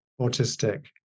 autistic